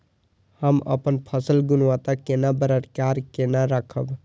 हम अपन फसल गुणवत्ता केना बरकरार केना राखब?